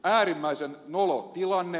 äärimmäisen nolo tilanne